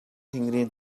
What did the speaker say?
тэнгэрийн